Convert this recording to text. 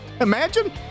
imagine